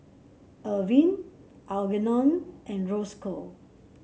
Irvin Algernon and Rosco